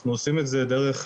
היינו שמחים שדבר כזה יקודם.